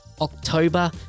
October